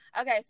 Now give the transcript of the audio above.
Okay